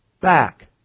back